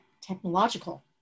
technological